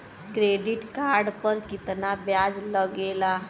Credit card पर कितना ब्याज लगेला?